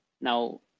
Now